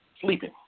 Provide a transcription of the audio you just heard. sleeping